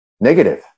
negative